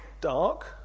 dark